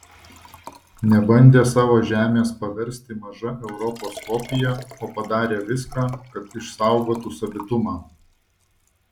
nebandė savo žemės paversti maža europos kopija o padarė viską kad išsaugotų savitumą